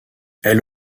elle